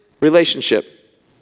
relationship